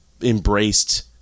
embraced